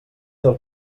del